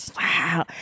Wow